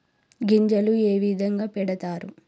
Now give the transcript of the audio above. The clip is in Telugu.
గింజలు ఏ విధంగా పెడతారు?